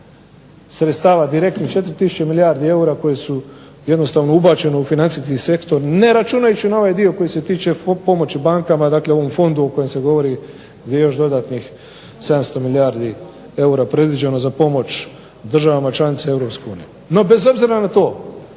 sredstava, 4 tisuće milijardi eura koje su jednostavno ubačene u financijski sektor ne računajući na ovaj dio koji se tiče pomoći bankama, dakle o ovom fondu o kojem se govori gdje još dodatnih 700 milijardi eura predviđeno za pomoć državama članicama EU. No, bez obzira na to